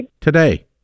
Today